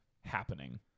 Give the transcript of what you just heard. happening